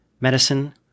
medicine